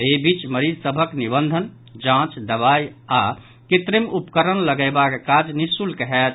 एहि बीच मरीज सभक निबंधन जांच दवाई आओर कृत्रिम उपकरण लगयबाक काज निःशुल्क होयत